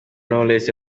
knowless